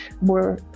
more